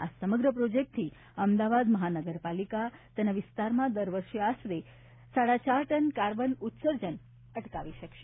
આ સમગ્ર પ્રોજેક્ટથી અમદાવાદ મહાનગરપાલિકા તેના વિસ્તારમાં દર વર્ષે આશરે સાડા ચાર ટન કાર્બન ઉત્સર્જન અટકાવી શકશે